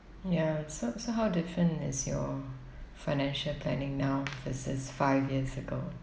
ya so so how different is your financial planning now versus five years ago